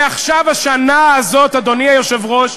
ועכשיו, השנה הזאת, אדוני היושב-ראש,